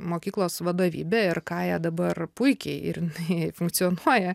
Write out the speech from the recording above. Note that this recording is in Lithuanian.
mokyklos vadovybė ir kaja dabar puikiai ir jinai funkcionuoja